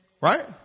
right